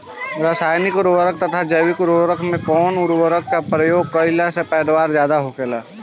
रसायनिक उर्वरक तथा जैविक उर्वरक में कउन उर्वरक के उपयोग कइला से पैदावार ज्यादा होखेला?